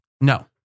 No